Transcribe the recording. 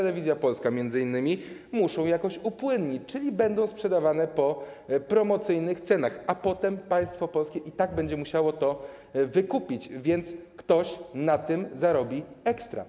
Telewizja Polska, muszą je jakoś upłynnić, czyli będą one sprzedawane po promocyjnych cenach, a potem państwo polskie i tak będzie musiało to wykupić, więc ktoś na tym zarobi ekstra.